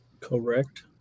Correct